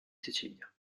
sicilia